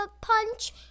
punch